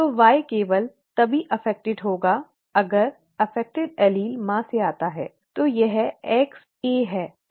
तो Y केवल तभी प्रभावित होगा अगर प्रभावित एलील मां से आता है तो यह Xa है